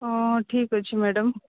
ହଁ ଠିକ୍ ଅଛି ମ୍ୟାଡ଼ାମ୍